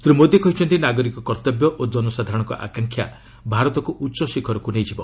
ଶ୍ରୀ ମୋଦି କହିଛନ୍ତି ନାଗରିକ କର୍ତ୍ତବ୍ୟ ଓ ଜନସାଧାରଣଙ୍କ ଆକାଂକ୍ଷା ଭାରତକୁ ଉଚ୍ଚ ଶିଖରକୁ ନେଇଯିବ